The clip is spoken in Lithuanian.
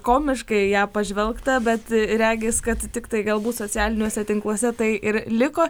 komiškai į ją pažvelgta bet regis kad tiktai galbūt socialiniuose tinkluose tai ir liko